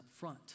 upfront